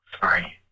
sorry